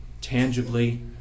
tangibly